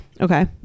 Okay